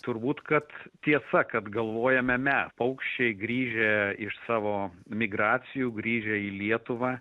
turbūt kad tiesa kad galvojame paukščiai grįžę iš savo migracijų grįžę į lietuvą